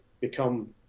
become